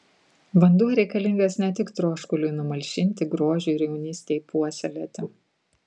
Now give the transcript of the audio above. vanduo reikalingas ne tik troškuliui numalšinti grožiui ir jaunystei puoselėti